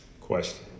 question